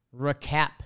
recap